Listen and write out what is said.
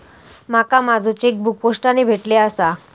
माका माझो चेकबुक पोस्टाने भेटले आसा